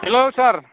hello sir